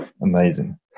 amazing